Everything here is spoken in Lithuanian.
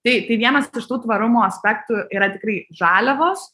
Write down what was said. tai tai vienas iš tų tvarumo aspektų yra tikrai žaliavos